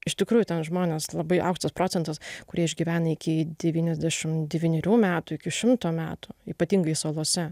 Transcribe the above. iš tikrųjų ten žmonės labai aukštas procentas kurie išgyvena iki devyniasdešim devynerių metų iki šimto metų ypatingai salose